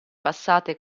passate